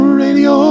radio